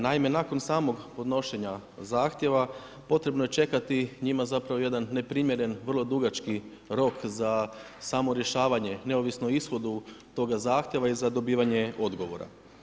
Naime, nakon samog podnošenja zahtjeva potrebno je čekati njima zapravo jedan neprimjeren, vrlo dugački rok za samo rješavanje, neovisno o ishodu toga zahtjeva i za dobivanje odgovora.